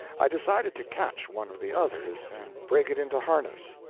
i decided to catch one of the others and break it into harness.